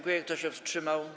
Kto się wstrzymał?